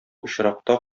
очракта